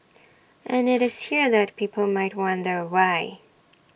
and IT is here that people might wonder why